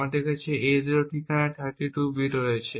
আমাদের কাছে A0 ঠিকানার 32 বিট রয়েছে